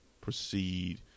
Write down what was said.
proceed